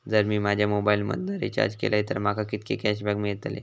जर मी माझ्या मोबाईल मधन रिचार्ज केलय तर माका कितके कॅशबॅक मेळतले?